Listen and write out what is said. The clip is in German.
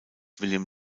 william